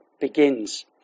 begins